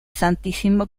santísimo